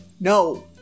no